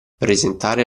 presentare